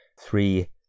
three